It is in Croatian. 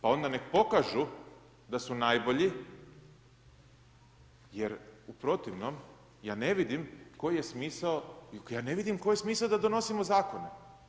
Pa onda nek pokažu da su najbolji jer u protivnom ja ne vidim koji je smisao, ja ne vidim koji je smisao da donosimo zakone.